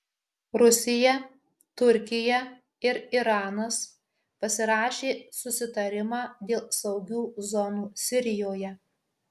rusija turkija ir iranas pasirašė susitarimą dėl saugių zonų sirijoje